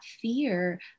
fear